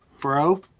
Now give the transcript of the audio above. Bro